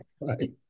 right